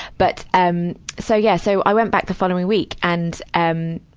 but, um. so yeah, so i went back the following week. and, um,